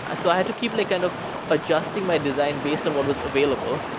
ah so i had to keep like kind of adjusting my design based on what was available.